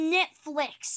Netflix